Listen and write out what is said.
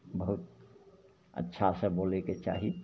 बहुत अच्छासे बोलैके चाही